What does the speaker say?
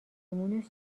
مونس